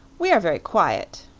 we are very quiet,